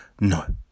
No